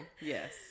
Yes